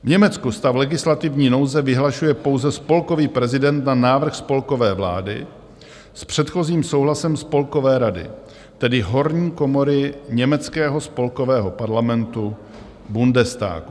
V Německu stav legislativní nouze vyhlašuje pouze spolkový prezident na návrh spolkové vlády s předchozím souhlasem Spolkové rady, tedy horní komory německého spolkového parlamentu Bundestagu.